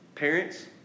Parents